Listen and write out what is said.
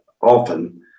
often